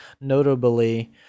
Notably